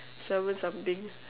salmon something